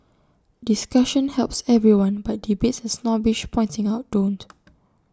discussion helps everyone but debates snobbish pointing out don't